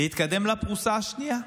להתקדם לפרוסה השנייה,